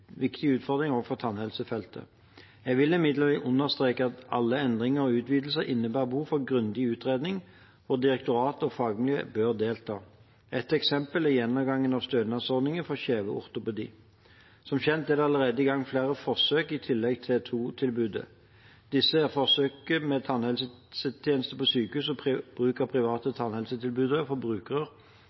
tannhelsefeltet. Jeg vil imidlertid understreke at alle endringer og utvidelser innebærer behov for grundige utredninger hvor direktorat og fagmiljø bør delta. Et eksempel er gjennomgangen av stønadsordningen for kjeveortopedi. Som kjent er det allerede i gang flere forsøk i tillegg til TOO-tilbudet. Disse er forsøk med tannhelsetjenester på sykehus og bruk av private